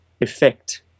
effect